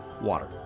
water